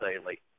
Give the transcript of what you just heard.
daily